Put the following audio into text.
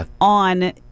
on